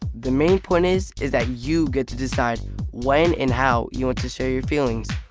the main point is, is that you get to decide when and how you want to show your feelings.